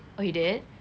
oh he did